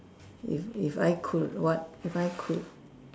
if if I could what if I could